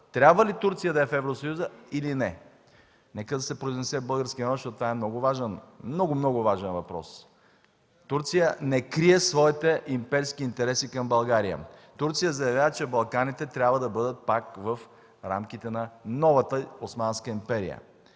трябва ли Турция да е в Евросъюза или не? Нека българският народ да се произнесе, защото това е много, много важен въпрос. Турция не крие своите имперски интереси към България. Турция заявява, че Балканите трябва да бъдат пак в рамките на новата Османска империя.